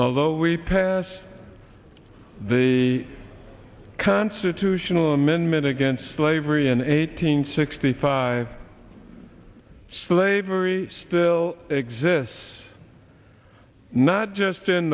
although we passed the constitutional amendment against slavery an eight hundred sixty five slavery still exists not just in